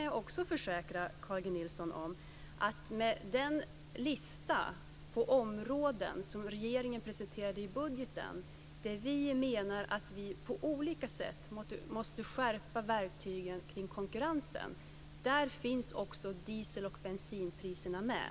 Jag kan försäkra Carl G Nilsson om att på den lista över områden som regeringen presenterade i budgeten, där vi på olika sätt måste skärpa verktygen när det gäller konkurrensen, finns också diesel och bensinpriserna med.